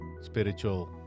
spiritual